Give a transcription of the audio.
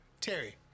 Terry